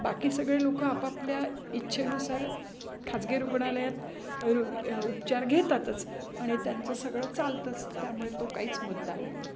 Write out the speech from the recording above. बाकी सगळे लोकं आपापल्या इच्छेनुसार खाजगी रुग्णालयात उपचार घेतातच आणि त्यांचं सगळं चालतंच त्यामुळे तो काहीच मुद्दा नाही आहे